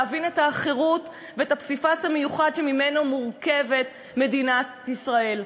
להבין את החירות ואת הפסיפס המיוחד שממנו מורכבת מדינת ישראל,